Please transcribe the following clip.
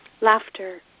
laughter